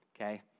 okay